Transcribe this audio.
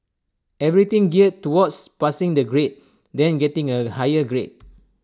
everything geared towards passing the grade then getting A higher grade